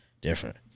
different